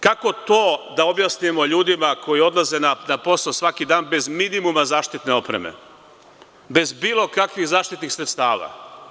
Kako to da objasnimo ljudima koji odlaze na posao svaki dan bez minimuma zaštitne opreme, bez bilo kakvih zaštitnih sredstava?